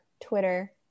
twitter